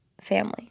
Family